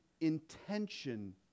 intention